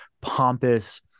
pompous